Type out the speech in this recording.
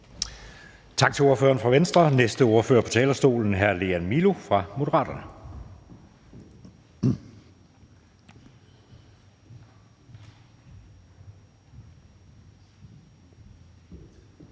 Tak til ordføreren for Venstre. Den næste ordfører på talerstolen er hr. Lean Milo fra Moderaterne.